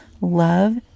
love